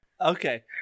Okay